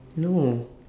no